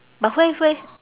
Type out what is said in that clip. but where where